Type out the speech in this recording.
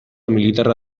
militarra